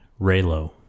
Raylo